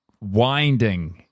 winding